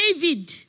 David